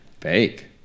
Fake